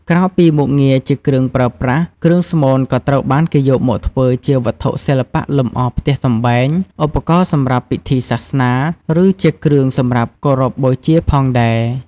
ក្រៅពីមុខងារជាគ្រឿងប្រើប្រាស់ គ្រឿងស្មូនក៏ត្រូវបានគេយកមកធ្វើជាវត្ថុសិល្បៈលម្អផ្ទះសម្បែង ឧបករណ៍សម្រាប់ពិធីសាសនា ឬជាគ្រឿងសម្រាប់គោរពបូជាផងដែរ។